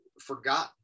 forgotten